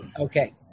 okay